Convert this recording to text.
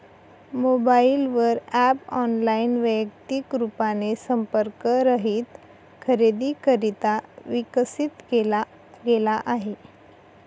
mobile वर app online, वैयक्तिक रूपाने संपर्क रहित खरेदीकरिता विकसित केला गेला आहे